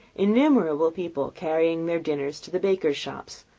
innumerable people, carrying their dinners to the bakers' shops.